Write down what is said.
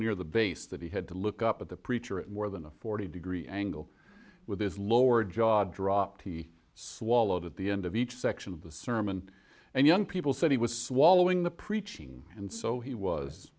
near the base that he had to look up at the preacher at more than a forty degree angle with his lower jaw dropped he swallowed at the end of each section of the sermon and young people said he was swallowing the preaching and so he was